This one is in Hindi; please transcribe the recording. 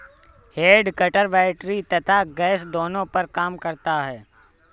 हेड कटर बैटरी तथा गैस दोनों पर काम करता है